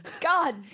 god